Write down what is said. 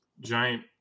giant